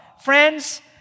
Friends